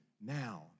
now